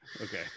okay